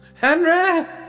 Henry